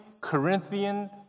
Corinthian